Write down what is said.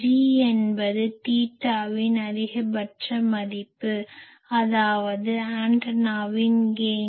G என்பது G தீட்டாவின் அதிகபட்ச மதிப்பு அதாவது ஆண்டனாவின் கெய்ன்